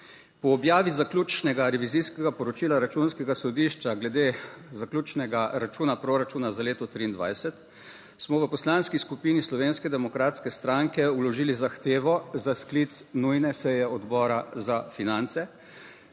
Po objavi zaključnega revizijskega poročila Računskega sodišča glede zaključnega računa proračuna za leto 2023 smo v Poslanski skupini Slovenske demokratske stranke vložili zahtevo za sklic nujne seje Odbora za finance,